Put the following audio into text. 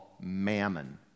mammon